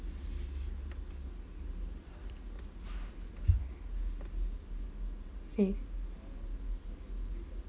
mm